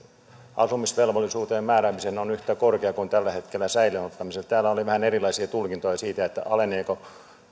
asumisvelvollisuuteen määräämiseen on yhtä korkea kuin tällä hetkellä säilöön ottamiseen täällä oli vähän erilaisia tulkintoja siitä että aleneeko